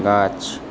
গাছ